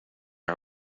our